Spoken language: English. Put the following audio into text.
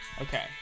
Okay